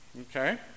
Okay